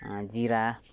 जिरा